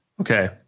Okay